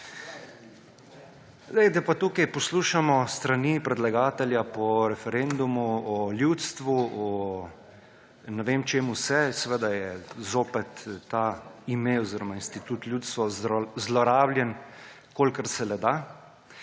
tukaj poslušamo s strani predlagatelja po referendumu o ljudstvu, o ne vem čem vse, seveda je zopet ta institut ljudstvo zlorabljen, kolikor se le da.